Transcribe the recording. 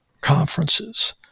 conferences